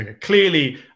Clearly